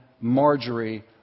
Marjorie